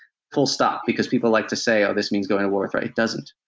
full stop. because people like to say, oh this means going to war. it doesn't.